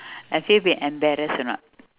have you been embarrassed or not